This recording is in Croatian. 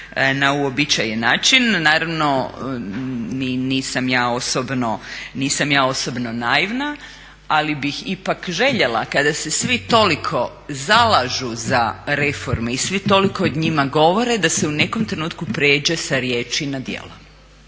na uobičajen način, naravno nisam ja osobno naivna, ali bih ipak željela kada se svi toliko zalažu za reforme i svi toliko o njima govore da se u nekom trenutku pređe sa riječi na djelo